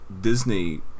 disney